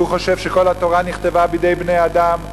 והוא חושב שכל התורה נכתבה בידי בני-אדם.